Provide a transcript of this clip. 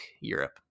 Europe